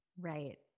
Right